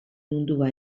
mundua